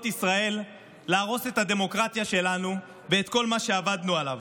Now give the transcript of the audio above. ישראל להרוס את הדמוקרטיה שלנו ואת כל מה שעבדנו עליו.